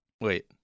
Wait